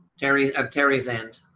gary, of terry's end.